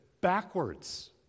backwards